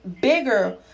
bigger